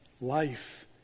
life